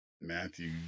Matthew